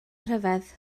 rhyfedd